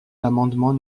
l’amendement